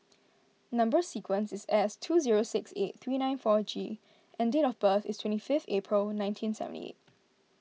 Number Sequence is S two zero six eight three nine four G and date of birth is twenty fifth April nineteen seventy eight